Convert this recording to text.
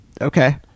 Okay